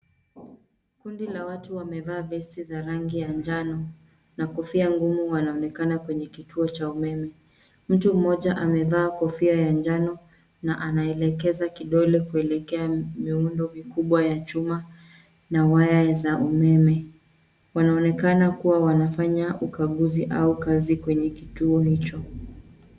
Kundi la watu wamevaa vesti za rangi ya njano na kofia ngumu wanaonekana kwenye kituo cha umeme. Mtu mmoja amevaa kofia ya njano na anaelekeza kidole kuelekea miundo mikubwa ya chuma na waya za umeme. Wanaonekana kuwa wanafanya ukaguzi au kazi kwenye kituo hicho.